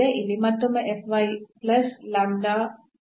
ಇಲ್ಲಿ ಮತ್ತೊಮ್ಮೆ